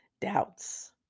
doubts